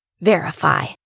Verify